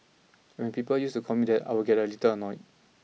and when people used to call me that I would get a little annoyed